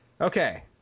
Okay